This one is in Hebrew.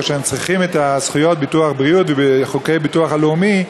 אחרי שהם צריכים את זכויות ביטוח הבריאות בחוקי הביטוח הלאומי,